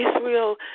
Israel